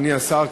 אדוני השר,